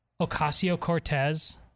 Ocasio-Cortez